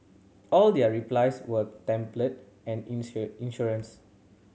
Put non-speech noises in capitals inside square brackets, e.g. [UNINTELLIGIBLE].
all their replies were templates and [UNINTELLIGIBLE] insincere